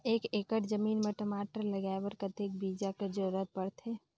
एक एकड़ जमीन म टमाटर लगाय बर कतेक बीजा कर जरूरत पड़थे?